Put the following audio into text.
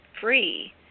free